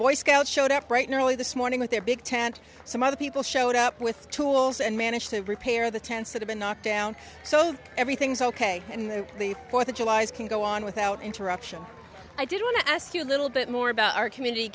boy scouts showed up right nearly this morning with their big tent some other people showed up with tools and managed to repair the tents that have been knocked down so that everything's ok and the fourth of julys can go on without interruption i did want to ask you a little bit more about our community